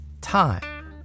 time